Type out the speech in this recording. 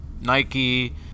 Nike